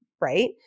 right